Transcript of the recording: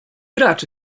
raczy